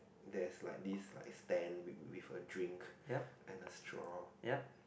there's like this like stand with a drink and a straw